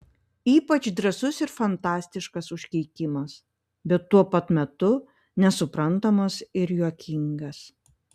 ypač drąsus ir fantastiškas užkeikimas bet tuo pat metu nesuprantamas ir juokingas